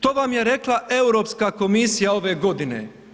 To vam je rekla Europska komisija ove godine.